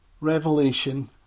Revelation